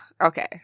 okay